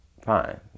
fine